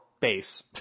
base